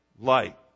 light